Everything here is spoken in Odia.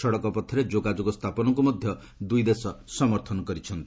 ସଡ଼କ ପଥରେ ଯୋଗାଯୋଗ ସ୍ଥାପନକୁ ମଧ୍ୟ ଦ୍ୱଇ ଦେଶ ସମର୍ଥନ କରିଛନ୍ତି